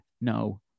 No